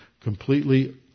completely